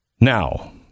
Now